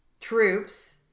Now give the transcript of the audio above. troops